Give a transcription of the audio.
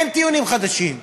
אין טיעונים חדשים.